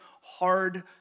hard